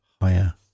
higher